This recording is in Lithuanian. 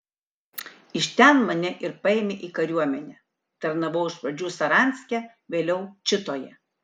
iš ten mane ir paėmė į kariuomenę tarnavau iš pradžių saranske vėliau čitoje